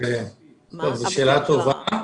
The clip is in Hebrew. זו שאלה טובה.